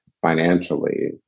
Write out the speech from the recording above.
financially